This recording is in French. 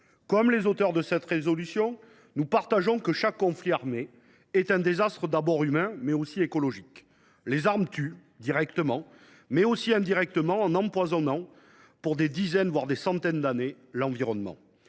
Comme les auteurs de cette proposition de résolution, nous pensons que chaque conflit armé est un désastre, d’abord humain, mais aussi écologique. Les armes tuent directement, mais aussi indirectement en empoisonnant pour des dizaines, voire des centaines d’années, l’environnement.